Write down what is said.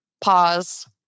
pause